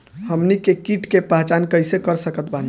हमनी के कीट के पहचान कइसे कर सकत बानी?